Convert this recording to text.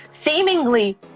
seemingly